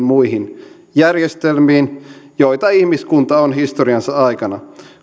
muihin järjestelmiin joita ihmiskunta on historiansa aikana